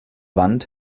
wand